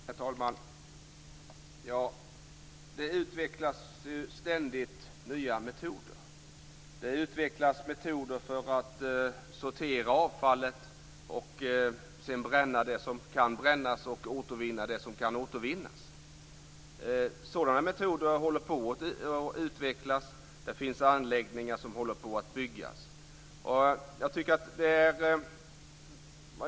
Herr talman! Det utvecklas ständigt nya metoder. Det utvecklas metoder för att sortera avfallet och sedan bränna det som kan brännas och återvinna det som kan återvinnas. Sådana metoder håller på att utvecklas. Det finns anläggningar som håller på att byggas.